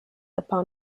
upon